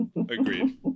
agreed